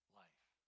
life